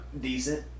Decent